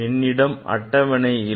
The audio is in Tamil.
என்னிடம் அட்டவணை இல்லை